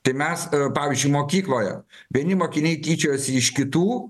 tai mes pavyzdžiui mokykloje vieni mokiniai tyčiojosi iš kitų